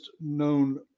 known